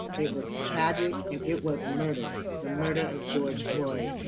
it was tragic, and it was murder. the murder of george floyd,